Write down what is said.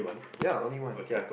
yeah only one